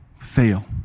fail